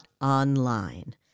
.online